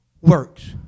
works